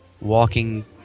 Walking